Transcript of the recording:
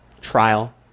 trial